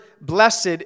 blessed